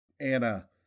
Anna